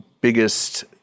biggest